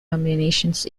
nominations